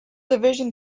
division